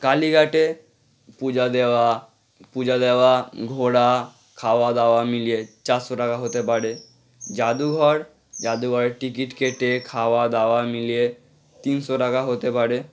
কালীঘাটে পূজা দেওয়া পূজা দেওয়া ঘোরা খাওয়া দাওয়া মিলিয়ে চারশো টাকা হতে পারে জাদুঘর জাদুঘরের টিকিট কেটে খাওয়া দাওয়া মিলিয়ে তিনশো টাকা হতে পারে